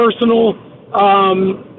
personal